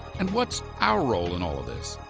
and what's our role in all of this?